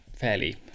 fairly